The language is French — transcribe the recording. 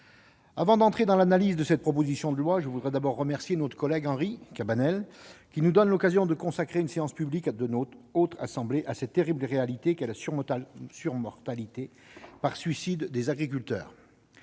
avant d'entrer dans l'analyse de cette proposition de loi, je voudrais tout d'abord remercier notre collègue Henri Cabanel, qui nous donne l'occasion de consacrer une séance publique de la Haute Assemblée à cette terrible réalité qu'est la surmortalité par suicide des agriculteurs.